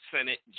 Senate